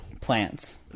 plants